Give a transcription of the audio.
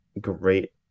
great